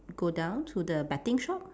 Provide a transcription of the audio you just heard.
go down to the betting shop